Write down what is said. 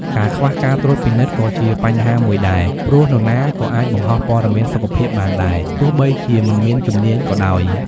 ការខ្វះការត្រួតពិនិត្យក៏ជាបញ្ហាមួយដែរ ព្រោះនរណាក៏អាចបង្ហោះព័ត៌មានសុខភាពបានដែរ ទោះបីជាមិនមានជំនាញក៏ដោយ។